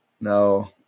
No